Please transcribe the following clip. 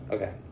Okay